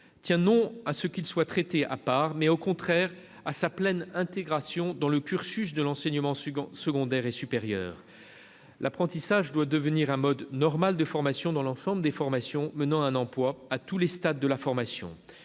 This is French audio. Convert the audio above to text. tient non pas à ce qu'il soit traité à part, mais, au contraire, à sa pleine intégration dans les cursus de l'enseignement secondaire et supérieur. L'apprentissage doit devenir un mode normal de formation dans l'ensemble des formations menant à un emploi, à tous les stades de la formation.